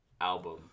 album